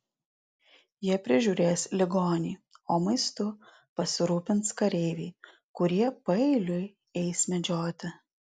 jie prižiūrės ligonį o maistu pasirūpins kareiviai kurie paeiliui eis medžioti